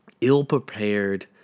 ill-prepared